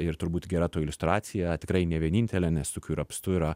ir turbūt gera to iliustracija tikrai ne vienintelė nes tokių ir apstu yra